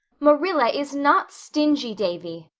marilla is not stingy, davy,